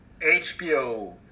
hbo